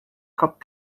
cup